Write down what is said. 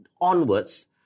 onwards